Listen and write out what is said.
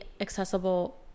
accessible